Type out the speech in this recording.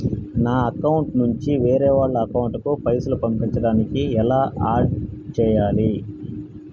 నా అకౌంట్ నుంచి వేరే వాళ్ల అకౌంట్ కి పైసలు పంపించడానికి ఎలా ఆడ్ చేయాలి?